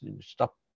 stop